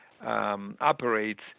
operates